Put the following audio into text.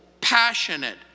passionate